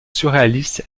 surréaliste